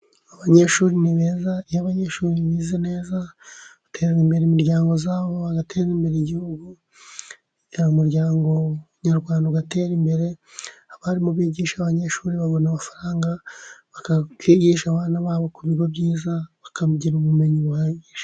Abanyeshuri ni beza iyo abanyeshuri bize neza bateza imbere imiryango yabo, bagateza imbere igihugu umuryango nyarwanda ugatera imbere. Abarimu bigisha abanyeshuri babona amafaranga bakigisha abana babo ku bigo byiza bakongera ubumenyi buhagije.